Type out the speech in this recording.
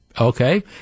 Okay